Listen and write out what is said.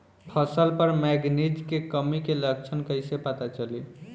फसल पर मैगनीज के कमी के लक्षण कइसे पता चली?